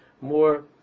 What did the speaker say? more